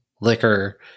liquor